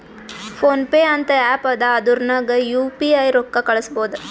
phone pay ಅಂತ app ಅದಾ ಅದುರ್ನಗ್ ಯು ಪಿ ಐ ರೊಕ್ಕಾ ಕಳುಸ್ಬೋದ್